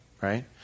right